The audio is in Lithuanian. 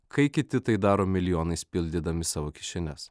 kai kiti tai daro milijonais pildydami savo kišenes